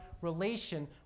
relation